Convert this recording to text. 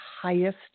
highest